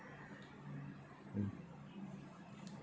mm